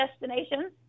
destination